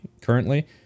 currently